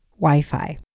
Wi-Fi